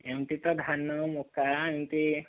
ଏମିତି ତ ଧାନ ମକା ଏମିତି